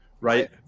Right